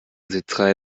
sitzreihe